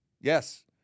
Yes